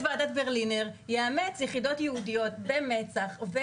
ועדת ברלינר ויאמץ יחידות ייעודיות במצ"ח.